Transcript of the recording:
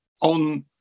on